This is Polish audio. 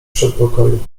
przedpokoju